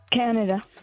Canada